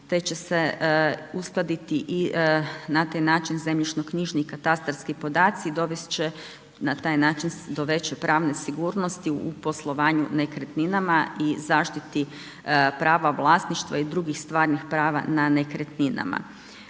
te će se uskladiti i na taj način zemljišnoknjižni katastarski podaci, dovest će na taj način do veće pravne sigurnosti u poslovanju nekretninama i zaštiti prava vlasništva i drugih stvarnih prava na nekretninama.